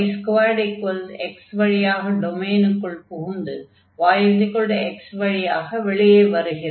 y2x வழியாக டொமைனுக்குள் புகுந்து yx வழியாக வெளியே வருகிறது